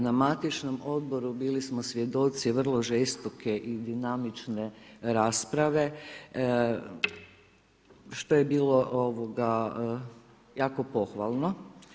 Na matičnom odboru bili smo svjedoci vrlo žestoke i dinamične rasprave, što je bilo jako pohvalno.